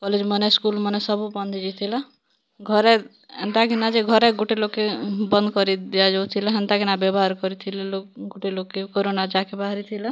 କଲେଜ୍ମାନେ ସ୍କୁଲ୍ମାନେ ସବୁ ବନ୍ଦ୍ ହେଇଯାଇଥିଲା ଘରେ ଏନ୍ତା କିନା ଯେ କି ଘରେ ଗୁଟେ ଲୋକ୍ କେ ବନ୍ଦ୍ କରି ଦିଆଯାଉଥିଲା ହେନ୍ତା କିନା ବ୍ୟବହାର କରିଥିଲେ ଲୋକ୍ ଗୁଟେ ଲୋକ୍ କେ କୋରୋନା ଯାହାକେ ବାହାରି ଥିଲା